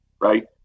right